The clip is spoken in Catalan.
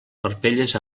parpelles